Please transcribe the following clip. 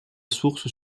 source